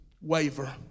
waver